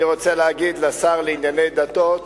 אני רוצה להגיד לשר לענייני דתות,